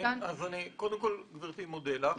אני מודה לך.